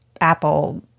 apple